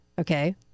Okay